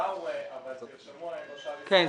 זימבבוואי אבל תרשמו שאני תושב ישראל --- כן,